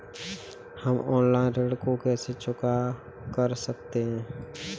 हम ऑनलाइन ऋण को कैसे चुकता कर सकते हैं?